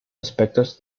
aspectos